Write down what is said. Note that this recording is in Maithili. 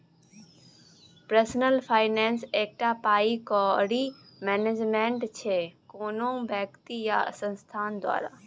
पर्सनल फाइनेंस एकटा पाइ कौड़ी मैनेजमेंट छै कोनो बेकती या संस्थान द्वारा